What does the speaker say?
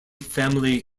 family